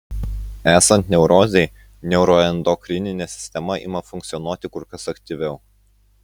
esant neurozei neuroendokrininė sistema ima funkcionuoti kur kas aktyviau